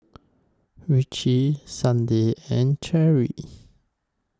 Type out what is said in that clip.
Ritchie Sydnee and Cherrie